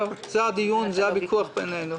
זה הדיון, זה הוויכוח בינינו.